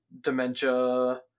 dementia